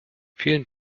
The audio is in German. vielen